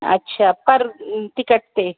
अच्छा पर टिकट ते